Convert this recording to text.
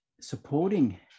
supporting